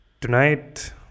Tonight